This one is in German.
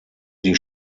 die